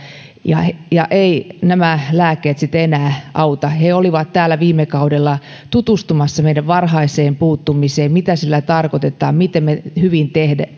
ja ja nämä lääkkeet eivät enää auta he olivat täällä viime kaudella tutustumassa meidän varhaiseen puuttumiseemme mitä sillä tarkoitetaan miten hyvin me